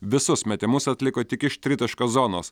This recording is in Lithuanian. visus metimus atliko tik iš tritaškio zonos